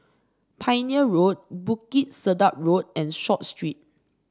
Pioneer Road Bukit Sedap Road and Short Street